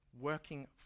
working